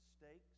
mistakes